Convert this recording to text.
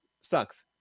sucks